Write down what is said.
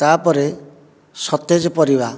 ତା'ପରେ ସତେଜ ପରିବା